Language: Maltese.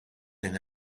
din